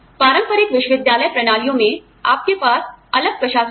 पारंपरिक विश्वविद्यालय प्रणालियों में आप के पास अलग प्रशासक हैं